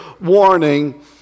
warning